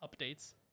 updates